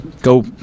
go